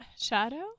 shadow